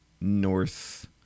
North